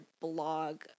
blog